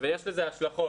ויש לזה השלכות.